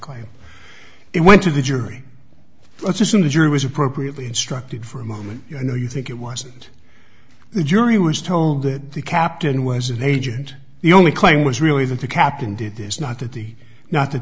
it went to the jury let's assume the jury was appropriately instructed for a moment you know you think it wasn't the jury was told that the captain was an agent the only claim was really that the captain did this not that the note th